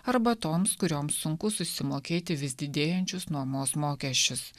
arba toms kurioms sunku susimokėti vis didėjančius nuomos mokesčius